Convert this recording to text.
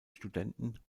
studenten